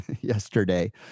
yesterday